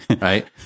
right